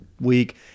week